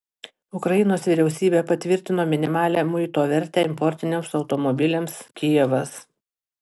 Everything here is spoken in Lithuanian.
ukrainos vyriausybė patvirtino minimalią muito vertę importiniams automobiliams kijevas